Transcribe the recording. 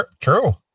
True